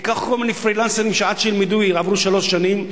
תיקח כל מיני פרילנסרים שעד שילמדו יעברו שלוש שנים,